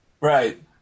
Right